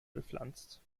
bepflanzt